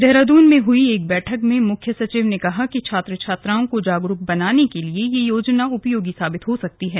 देहरादून में हुई एक बैठक में मुख्य सचिव ने कहा कि छात्र छात्राओं को जागरूक बनाने के लिए यह योजना उपयोगी साबित हो सकती है